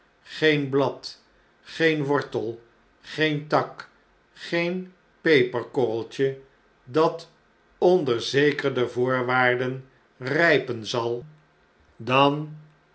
geen blad geen wortel geen tak geen peperkorreltje dat onder zekerder voorwaarden rjjpen zal dan